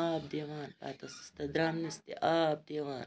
آب دِوان پَتہٕ ٲسٕس تَتھ درٛمنِس تہِ آب دِوان